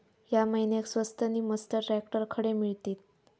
या महिन्याक स्वस्त नी मस्त ट्रॅक्टर खडे मिळतीत?